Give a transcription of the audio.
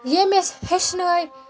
ییٚمۍ أسۍ ہٮ۪چھنٲے